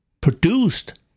produced